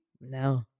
No